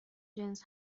جنس